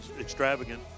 extravagant